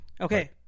Okay